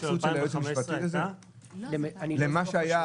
אני אענה לך.